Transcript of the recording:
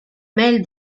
mêle